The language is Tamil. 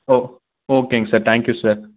ஓ ஓகேங்க சார் தேங்க் யூ சார்